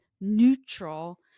neutral